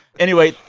anyway,